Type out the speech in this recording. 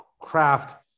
craft